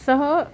सः